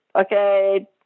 Okay